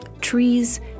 trees